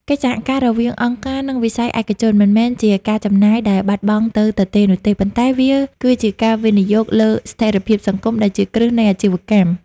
កិច្ចសហការរវាងអង្គការ និងវិស័យឯកជន មិនមែនជាការចំណាយដែលបាត់បង់ទៅទទេនោះទេ ប៉ុន្តែវាគឺជាការវិនិយោគលើ "ស្ថិរភាពសង្គម" ដែលជាគ្រឹះនៃអាជីវកម្ម។